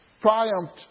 triumphed